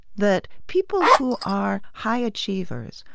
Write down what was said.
that people who are high achievers,